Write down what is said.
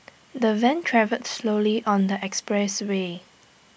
the van travelled slowly on the expressway